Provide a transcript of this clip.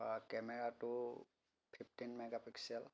তাৰ পৰা কেমেৰাটো ফিফটিন মেগাপিক্সেল